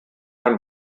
ein